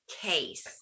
case